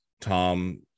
Tom